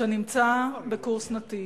שנמצא בקורס "נתיב"